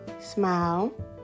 Smile